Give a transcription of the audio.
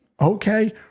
okay